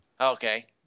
Okay